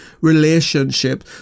relationship